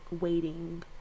waiting